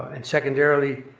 and secondarily,